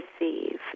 receive